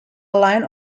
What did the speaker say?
line